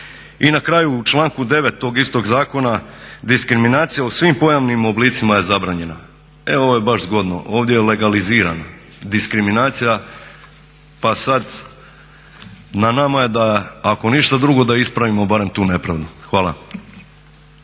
I na kraju u članku 9.tog istog zakona "Diskriminacija u svim pojavnim oblicima je zabranjena", e ovo je baš zgodno. Ovdje je legalizirana, diskriminacija, pa sada je na nama ako ništa drugo da ispravimo barem tu nepravdu. Hvala.